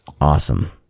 Awesome